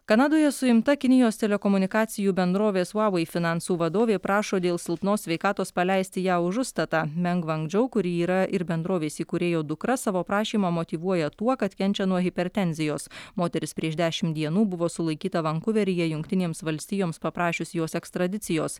kanadoje suimta kinijos telekomunikacijų bendrovės vavei finansų vadovė prašo dėl silpnos sveikatos paleisti ją už užstatą meng vang džau kuri yra ir bendrovės įkūrėjo dukra savo prašymą motyvuoja tuo kad kenčia nuo hipertenzijos moteris prieš dešimt dienų buvo sulaikyta vankuveryje jungtinėms valstijoms paprašius jos ekstradicijos